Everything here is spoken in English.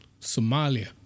Somalia